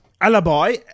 Alibi